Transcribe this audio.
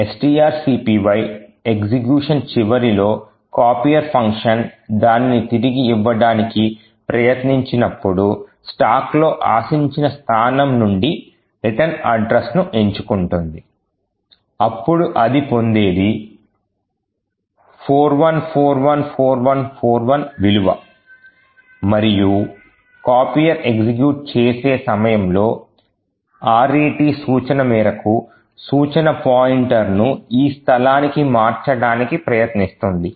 strcpy execution చివరిలో copier function దానిని తిరిగి ఇవ్వడానికి ప్రయత్నించినప్పుడు స్టాక్ లో ఆశించిన స్థానం నుండి రిటన్ అడ్రస్ ను ఎంచుకుంటుంది అప్పుడు అది పొందేది 41414141 విలువ మరియు కాపీయర్ ఎగ్జిక్యూట్ చేసే సమయంలో RET సూచన మేరకు సూచన పాయింటర్ను ఈ స్థలానికి మార్చడానికి ప్రయత్నిస్తుంది